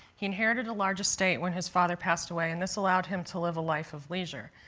he inherited a large estate when his father passed away, and this allowed him to live a life of leisure.